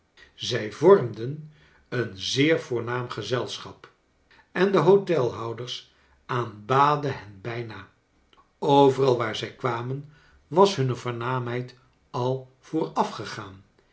zij vormden een zeer voornaam gezelschap en de hotelhouders aanbaden hen bijna overal waar zij kwamen was huime voornaamheid al